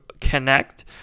connect